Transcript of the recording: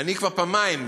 כבר פעמיים,